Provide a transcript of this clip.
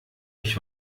ich